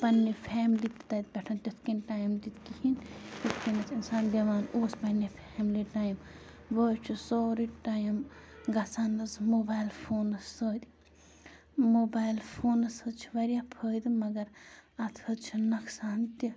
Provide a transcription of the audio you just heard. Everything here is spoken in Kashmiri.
پنٛنہِ فیملی تہِ تَتہِ پٮ۪ٹھ تِتھ کٔنۍ ٹایِم دِتھ کِہیٖنۍ یِتھ کٔنٮ۪تھ اِنسان دِوان اوس پنٛنہِ فیملی ٹایِم وۄنۍ حظ چھُ سورُے ٹایِم گژھان حظ موبایل فونَس سۭتۍ موبایل فونَس حظ چھِ واریاہ فٲیدٕ مگر اَتھ حظ چھِ نۄقصان تہِ